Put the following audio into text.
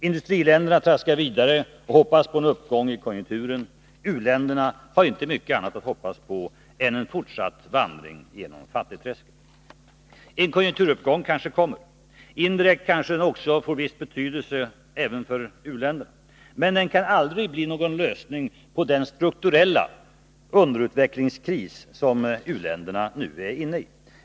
Industriländerna traskar vidare och hoppas på en uppgång i konjunkturen. U-länderna har inte mycket annat att hoppas på än en fortsatt vandring genom fattigträsket. En konjunkturuppgång kanske kommer. Indirekt kanske den också får viss betydelse även för u-länderna. Men den kan aldrig bli någon lösning på den strukturella underutvecklingskris som u-länderna nu är inne i.